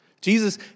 Jesus